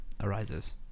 arises